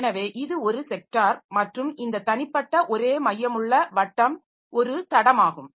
எனவே இது ஒரு ஸெக்டார் மற்றும் இந்த தனிப்பட்ட ஒரே மையமுள்ள வட்டம் ஒரு தடமாகும்